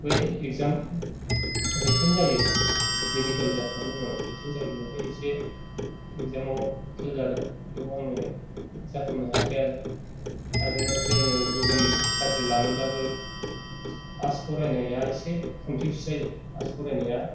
बै exam written जायो medical जाखांनायनि उनाव रिटेन जायो बेयावहाय एसे एग्जामआव फैल जादों बेयाव आंङो जाफुंनो हायाखै आरो आरो जोंङो गुबुन साख्रि लानोब्लाबो आर्टस फरायनाया एसे कनफियुस जायो आर्टस फरायनाया